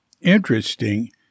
interesting